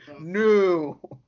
no